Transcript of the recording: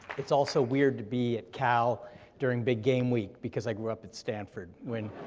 it's also weird to be at cal during big game week, because i grew up at stanford, when